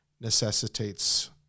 necessitates